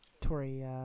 Tori